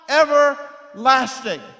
everlasting